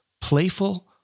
playful